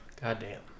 Goddamn